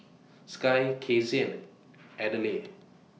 Skye Kasie and Adelaide